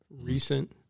recent